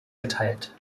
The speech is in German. geteilt